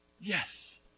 yes